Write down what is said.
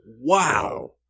Wow